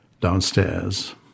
downstairs